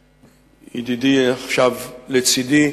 ידידי, עכשיו לצדי,